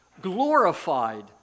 glorified